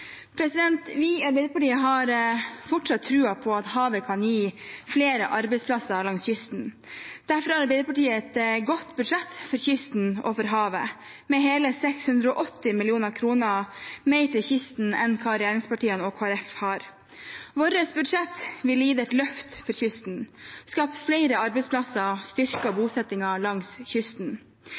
Barentshavet. Vi i Arbeiderpartiet har fortsatt tro på at havet kan gi flere arbeidsplasser langs kysten. Derfor har Arbeiderpartiet et godt budsjett for kysten og havet, med hele 680 mill. kr mer til kysten enn hva regjeringspartiene og Kristelig Folkeparti har. Vårt budsjett ville gitt et løft for kysten, skapt flere arbeidsplasser og styrket bosettingen langs kysten.